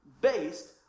based